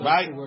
Right